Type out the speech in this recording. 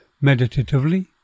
meditatively